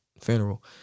funeral